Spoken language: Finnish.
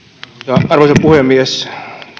arvoisa puhemies